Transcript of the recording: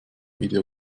video